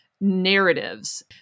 narratives